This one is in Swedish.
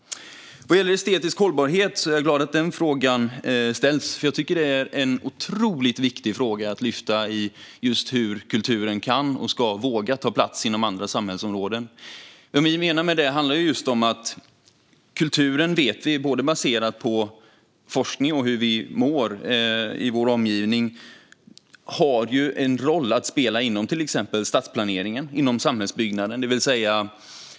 Jag är glad över att frågan om estetisk hållbarhet ställs, för jag tycker att det är en otroligt viktig fråga att lyfta. Det handlar just om hur kulturen kan och ska våga ta plats inom andra samhällsområden. Vi vet, både baserat på forskning och på hur vi mår i vår omgivning, att kulturen har en roll att spela inom till exempel stadsplaneringen och samhällsbyggandet.